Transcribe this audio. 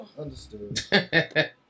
Understood